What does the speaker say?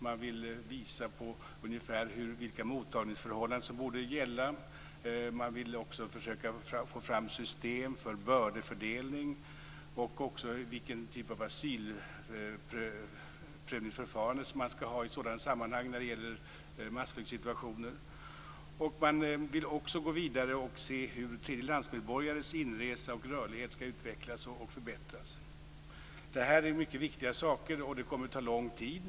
Man vill visa ungefär vilka mottagningsförhållanden som borde gälla. Man vill också försöka få fram system för bördefördelning och också för vilken typ av asylprövningsförfarande man skall ha när det gäller massflyktsituationer. Man vill också gå vidare och se hur tredjelandsmedborgares inresemöjlighet och rörlighet skall utvecklas och förbättras. Detta är mycket viktiga saker, och arbetet kommer att ta lång tid.